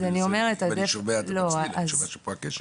אני שומע שפה הכשל.